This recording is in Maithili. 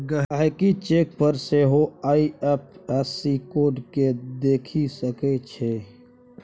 गहिंकी चेक पर सेहो आइ.एफ.एस.सी कोड केँ देखि सकै छै